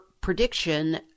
prediction